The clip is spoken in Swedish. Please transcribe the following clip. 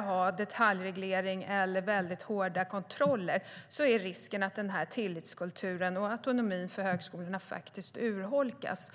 ha detaljreglering eller väldigt hårda kontroller är risken att den här tillitskulturen och autonomin för högskolorna urholkas.